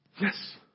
yes